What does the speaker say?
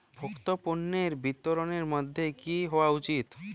ভোক্তা পণ্যের বিতরণের মাধ্যম কী হওয়া উচিৎ?